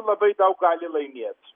labai daug gali laimėt